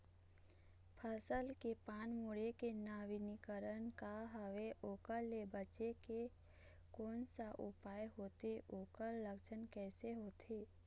फसल के पान मुड़े के नवीनीकरण का हवे ओकर ले बचे के कोन सा उपाय होथे ओकर लक्षण कैसे होथे?